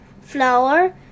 flour